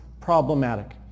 problematic